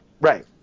Right